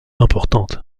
importante